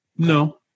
No